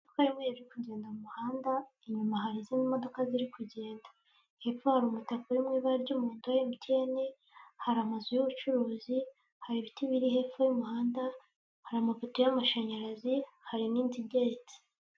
Imodoka y'umweru iri kugenda mu muhanda, inyuma hari izindi modoka ziri kugenda, hepfo umutako uri mu ibara ry'umuhondo wa MTN, hari amazu y'ubucuruzi, hari ibiti biri hepfo y'umuhanda, hari amapoto y'amashanyarazi, hari n'inzu igeretse.